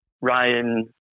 Ryan